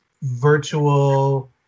Virtual